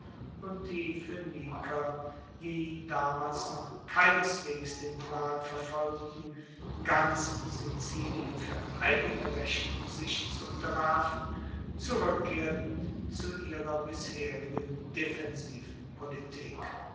und die phoeniker die damals noch keineswegs den plan verfolgten ganz sizilien fuer eigene rechnung sich zu unterwerfen zurueckkehrten zu ihrer bisherigen defensiven politik